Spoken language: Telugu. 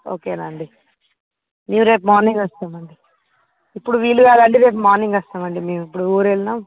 ఓకేనండి మేము రేపు మార్నింగ్ వస్తామండి ఇప్పుడు వీలు కాదంటే రేపు మార్నింగ్ వస్తామండి మేము ఇప్పుడు ఊరు వెళ్ళినా